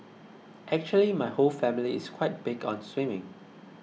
actually my whole family is quite big on swimming